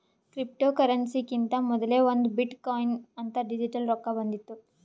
ಕ್ರಿಪ್ಟೋಕರೆನ್ಸಿಕಿಂತಾ ಮೊದಲೇ ಒಂದ್ ಬಿಟ್ ಕೊಯಿನ್ ಅಂತ್ ಡಿಜಿಟಲ್ ರೊಕ್ಕಾ ಬಂದಿತ್ತು